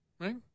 right